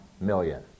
million